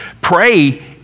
Pray